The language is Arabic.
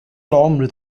العمر